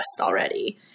Already